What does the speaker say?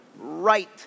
right